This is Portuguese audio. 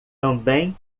também